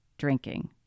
drinking